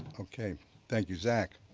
okay thank you, zach,